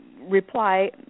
reply